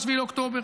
ב-7 באוקטובר.